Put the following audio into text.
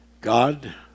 God